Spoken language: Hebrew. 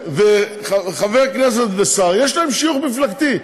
חבר כנסת ושר, יש להם שיוך מפלגתי.